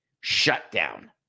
shutdown